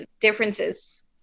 differences